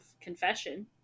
confession